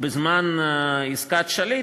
בזמן עסקת שליט,